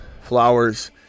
Flowers